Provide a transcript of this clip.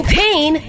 pain